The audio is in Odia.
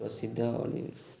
ପ୍ରସିଦ୍ଧ